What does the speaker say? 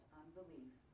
unbelief